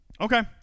Okay